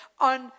on